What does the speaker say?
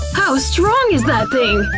how strong is that thing?